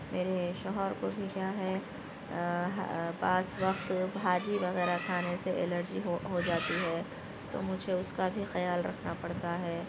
میرے شوہر کو بھی کیا ہے پاس وقت بھاجی وغیرہ کھانے سے الرجی ہو ہو جاتی ہے تو مجھے اس کا بھی خیال رکھنا پڑتا ہے